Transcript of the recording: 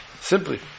simply